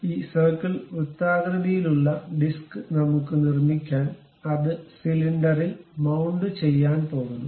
ഈ സർക്കിൾ വൃത്താകൃതിയിലുള്ള ഡിസ്ക് നമ്മുക്ക് നിർമ്മിക്കാൻ അത് സിലിണ്ടറിൽ മൌണ്ട് ചെയ്യാൻ പോകുന്നു